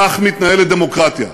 כך מתנהלת דמוקרטיה.